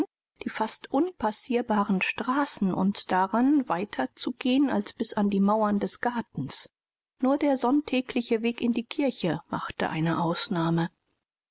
die fast unpassierbaren straßen uns daran weiter zu gehen als bis an die mauern des gartens nur der sonntägliche weg in die kirche machte eine ausnahme